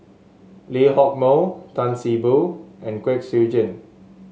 Lee Hock Moh Tan See Boo and Kwek Siew Jin